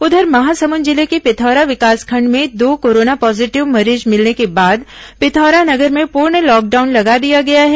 उधर महासमुंद जिले के पिथौरा विकासखंड में दो कोरोना पॉजीटिव मरीज मिलने के बाद पिथौरा नगर में पूर्ण लॉकडाउन लगा दिया गया है